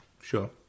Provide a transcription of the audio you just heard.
Sure